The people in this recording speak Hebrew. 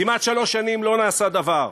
כמעט שלוש שנים לא נעשה דבר.